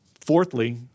fourthly